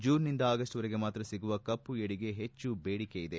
ಜೂನ್ನಿಂದ ಆಗಸ್ಟ್ವರೆಗೆ ಮಾತ್ರ ಸಿಗುವ ಕಪ್ಪು ಏಡಿಗೆ ಹೆಚ್ಚು ಬೇಡಿಕೆ ಇದೆ